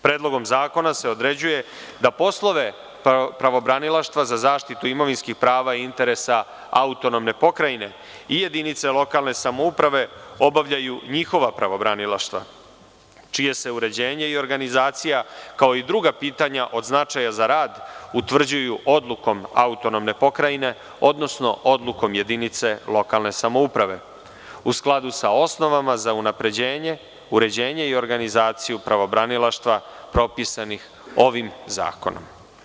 Predlogom zakona se određuje da poslove pravobranilaštva za zaštitu imovinskih prava i interesa Autonomne pokrajine i jedinice lokalne samouprave obavljaju njihova pravobranilaštva čije se uređenje i organizacija, kao i druga pitanja od značaja za rad, utvrđuje odlukom Autonomne pokrajine, odnosno odlukom jedinice lokalne samouprave, u skladu sa osnovama za unapređenje, uređenje i organizaciju pravobranilaštva propisanih ovim zakonom.